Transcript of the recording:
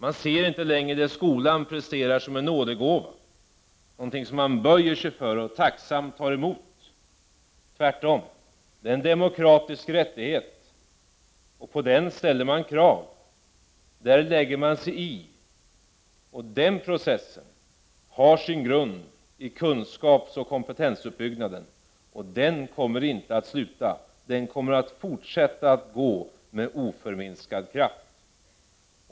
Man ser inte längre det skolan presterar som en nådegåva, något som man böjer sig inför och tacksamt tar emot. Tvärtom, det är en demokratisk rättighet och på den ställer man krav. Där lägger man sig i, och den processen har sin grund i kunskapsoch kompetensuppbyggnaden. Den kommer inte att sluta, den kommer att fortsätta med oförminskad kraft.